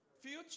future